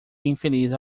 infeliz